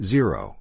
Zero